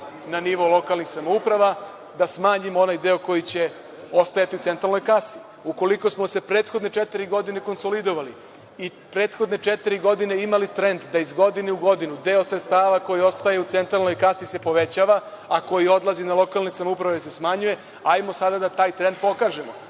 na nivo lokalnih samouprava, da smanjimo onaj deo koji će ostajati u centralnoj kasi? Ukoliko smo se prethodne četiri godine konsolidovali i prethodne četiri godine imali trend da iz godine u godinu deo sredstava koji ostaje u centralnoj kasi se povećava, a koji odlazi na lokalne samouprave se smanjuje, hajdemo sada da taj trend pokažemo.